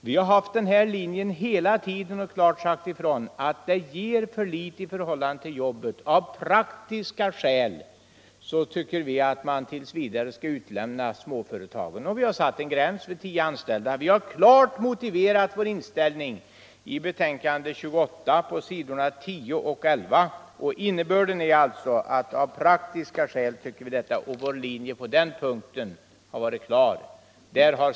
Vi har hela tiden intagit samma ståndpunkt och sagt ifrån att det ger för litet antal jobb i förhållande till arbetet när det gäller anmälningsplikten för småföretag. Av praktiska skäl tycker vi alltså att man t. v. skall undanta småföretag. Vi har satt en gräns vid tio anställda. Vi har klart motiverat vår inställning i inrikesutskottets betänkande nr 28 på s. 10 och 11. Vi intar alltså denna ståndpunkt av praktiska skäl, och vår linje på den punkten har alltid varit klar.